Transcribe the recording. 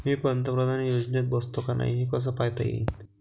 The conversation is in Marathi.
मी पंतप्रधान योजनेत बसतो का नाय, हे कस पायता येईन?